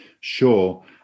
Sure